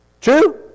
True